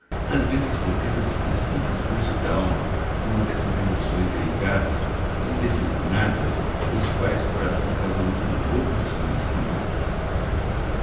às vezes contenta-se com um simples gozo d'alma com uma dessas emoções delicadas com um desses nadas dos quais o coração faz um mundo novo e desconhecido